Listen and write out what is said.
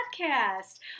Podcast